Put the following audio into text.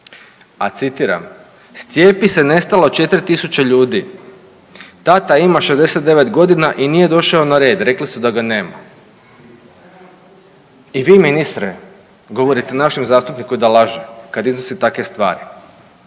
a citiram, s Cijepise nestalo 4 tisuće ljudi. Tata ima 69 godina i nije došao na red, rekli su da ga nema. I vi, ministre, govorite našem zastupniku da laže kad iznosi takve stvari.